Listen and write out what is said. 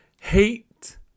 hate